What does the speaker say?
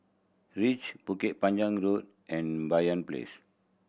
Reach Bukit Panjang Road and Banyan Place